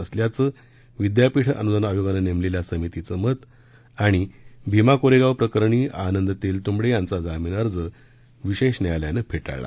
नसल्याचं विद्यापीठ अनुदान आयोगानं नेमलेल्या समितीचं मत भीमा कोरेगाव प्रकरणी आनंद तेलतुंबडे यांचा जामीन अर्ज विशेष न्यायालयानं फेटाळला